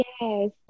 Yes